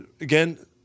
again